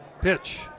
pitch